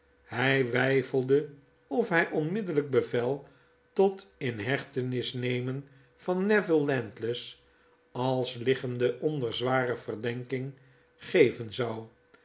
hij weifelde of hij onmiddellijk bevel tot inhechtenisnemen van neville landless als liggende onder zware verdenking geven zou